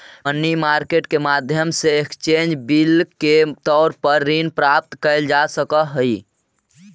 money market के माध्यम से एक्सचेंज बिल के तौर पर ऋण प्राप्त कैल जा सकऽ हई